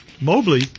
Mobley